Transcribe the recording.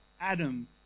Adam